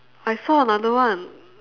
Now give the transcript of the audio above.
I saw another one